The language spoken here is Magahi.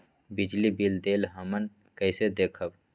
बिजली बिल देल हमन कईसे देखब?